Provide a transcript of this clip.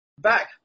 back